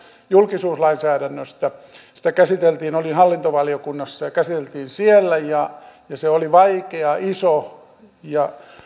julkisuuslainsäädännöstä olin hallintovaliokunnassa ja se käsiteltiin siellä ja ja se oli vaikea iso ja